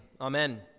Amen